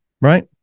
right